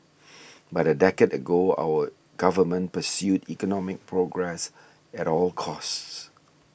but a decade ago our Government pursued economic progress at all costs